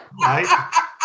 right